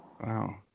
Wow